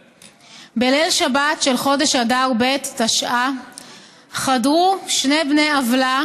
בליל שבת של חודש אדר ב' תשע"א חדרו שני בני עוולה